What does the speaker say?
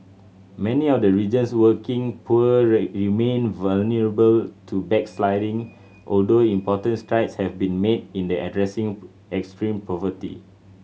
many of the region's working poor remain vulnerable to backsliding although important strides have been made in addressing extreme poverty